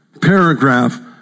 paragraph